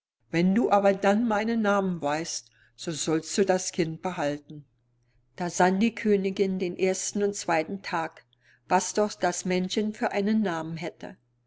wenn du aber dann meinen namen weißt so sollst du das kind behalten da sann die königin den ersten und zweiten tag was doch das männchen für einen namen hätte